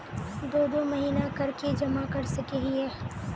दो दो महीना कर के जमा कर सके हिये?